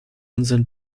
unseren